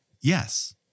yes